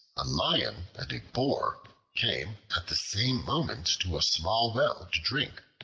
a lion and a boar came at the same moment to a small well to drink.